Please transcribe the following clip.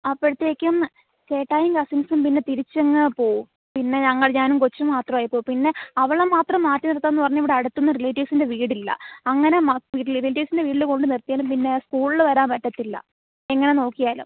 അപ്പോഴത്തേക്കും ചേട്ടായിയും കസിൻസും പിന്നെ തിരിച്ചങ്ങ് പോവും പിന്നെ ഞങ്ങൾ ഞാനും കൊച്ചും മാത്രായിപ്പോവും പിന്നെ അവളെ മാത്രം മാറ്റി നിർത്താമെന്നു പറഞ്ഞാൽ ഇവിടെ അടുത്തൊന്നും റിലേറ്റീവ്സിൻ്റെ വീടില്ല അങ്ങനെ റിലേറ്റീവ്സിൻ്റെ വീട്ടിൽ കൊണ്ട് നിർത്തിയാലും പിന്നെ സ്കൂൾള് വരാൻ പറ്റത്തില്ല എങ്ങനെ നോക്കിയാലും